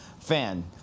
fan